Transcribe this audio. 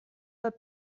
pas